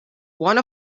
one